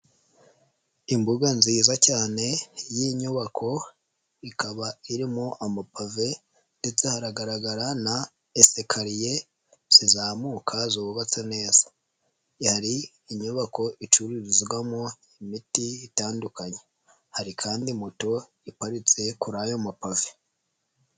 Imbuga nziza cyane y'inyubako ikaba irimo amapave ndetse haragaragara na esikariye zizamuka zubatse neza, hari inyubako icururizwamo imiti itandukanye, hari kandi moto iparitse kuri ayo mapave.